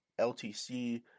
LTC